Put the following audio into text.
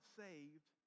saved